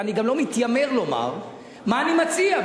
ואני גם לא מתיימר לומר מה אני מציע,